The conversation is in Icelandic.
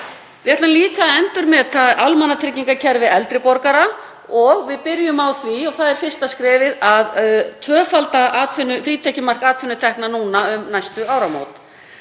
Við ætlum líka að endurmeta almannatryggingakerfi eldri borgara. Við byrjum á því, og það er fyrsta skrefið, að tvöfalda frítekjumark atvinnutekna núna um næstu áramót.